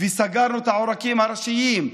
וסגרנו את העורקים הראשיים.